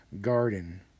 garden